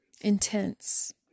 Intense